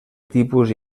tipus